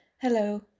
Hello